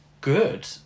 good